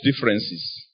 differences